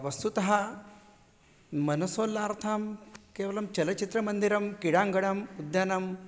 वस्तुतः मानसोल्लासार्थं केवलं चलच्चित्रमन्दिरं कीडाङ्गणम् उद्यानं